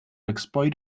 exploit